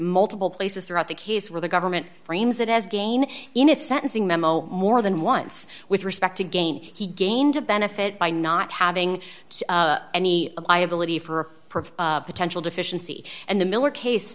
multiple places throughout the case where the government frames it as again in its sentencing memo more than once with respect to game he gained a benefit by not having any of my ability for a potential deficiency and the miller case